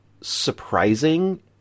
surprising